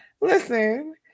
Listen